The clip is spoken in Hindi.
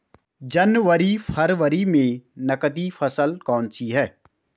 जनवरी फरवरी में नकदी फसल कौनसी है?